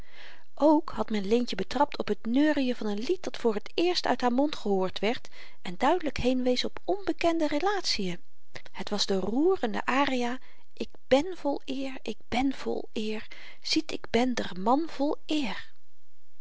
ook had men leentje betrapt op t neurien van n lied dat voor t eerst uit haar mond gehoord werd en duidelyk heenwees op onbekende relatien het was de roerende aria k bèn vol eer k bèn vol eer ziet ik ben d'r n man vol eer